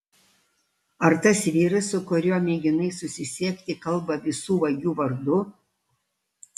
ar tas vyras su kuriuo mėginai susisiekti kalba visų vagių vardu